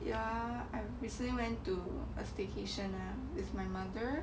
ya I recently went to a staycation with my mother